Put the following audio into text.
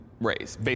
race